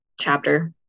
chapter